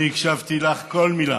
אני הקשבתי לך לכל מילה.